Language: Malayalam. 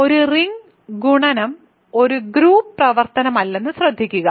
ഒരു റിംഗ് ഗുണനം ഒരു ഗ്രൂപ്പ് പ്രവർത്തനമല്ലെന്ന് ശ്രദ്ധിക്കുക